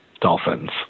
dolphins